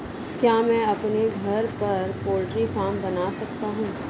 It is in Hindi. क्या मैं अपने घर पर पोल्ट्री फार्म बना सकता हूँ?